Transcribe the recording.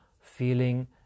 feeling